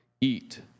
eat